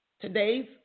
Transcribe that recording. today's